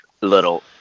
Little